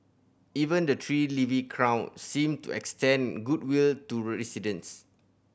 even the tree leafy crown seemed to extend goodwill to residents